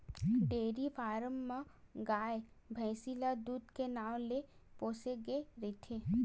dairy farm म गाय, भइसी ल दूद के नांव ले पोसे गे रहिथे